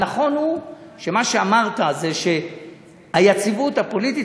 נכון מה שאמרת על היציבות הפוליטית,